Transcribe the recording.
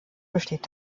besteht